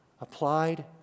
applied